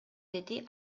деди